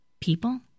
people